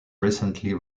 recently